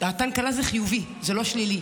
"דעתן קלה" זה חיובי, זה לא שלילי.